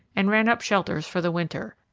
and ran up shelters for the winter.